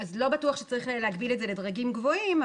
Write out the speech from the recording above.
אז לא בטוח שצריך להגביל את זה לדרגים גבוהים.